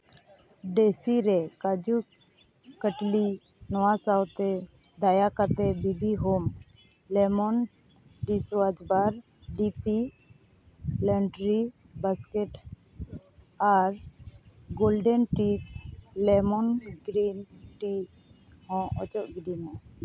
ᱰᱮᱥᱤᱨᱮ ᱠᱟᱡᱩ ᱠᱟᱴᱞᱤ ᱱᱚᱣᱟ ᱱᱚᱣᱟ ᱥᱟᱶᱛᱮ ᱫᱟᱭᱟ ᱠᱟᱛᱮᱫ B B home lemon dishwash bar ᱰᱤᱯᱤ ᱞᱚᱱᱰᱨᱤ ᱵᱟᱥᱠᱮᱴ ᱟᱨ golden tips lemon green tea ᱦᱚᱸ ᱚᱪᱚᱜ ᱜᱤᱰᱤᱭ ᱢᱮ